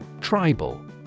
Tribal